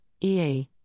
EA